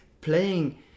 playing